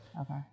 Okay